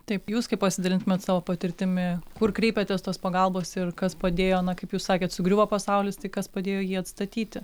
taip jūs kaip pasidalintumėt savo patirtimi kur kreipėtės tos pagalbos ir kas padėjo na kaip jūs sakėt sugriuvo pasaulis tai kas padėjo jį atstatyti